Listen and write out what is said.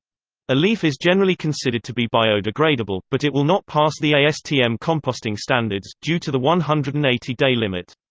a leaf is generally considered to be biodegradable, but it will not pass the astm um composting standards, due to the one hundred and eighty day limit.